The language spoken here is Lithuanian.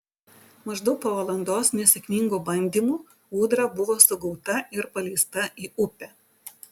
maždaug po valandos nesėkmingų bandymų ūdra buvo sugauta ir paleista į upę